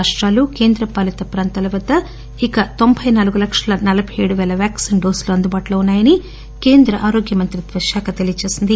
రాష్రాలు కేంద్రపాలిత ప్రాంతాల వద్ద ఇక తొంబై నాలుగు లక్షల నలబై ఏడు పేల వ్యాక్పిన్ డోసులు అందుబాటులో ఉన్నా యని కేంద్ర ఆరోగ్య మంత్రిత్వ శాఖ తెలీయజేసింది